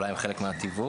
שאולי הם חלק מה תיווך,